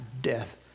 Death